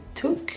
Took